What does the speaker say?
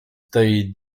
tej